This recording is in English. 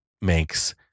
makes